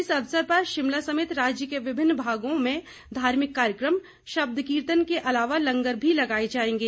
इस अवसर पर शिमला समेत राज्य के विभिन्न भागों धार्मिक कार्यक्रम शब्द कीर्तन के अलावा लंगर भी लगाएं जाएंगे